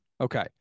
Okay